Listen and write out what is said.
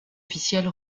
officielle